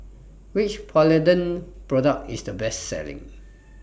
Which Polident Product IS The Best Selling